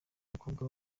umukobwa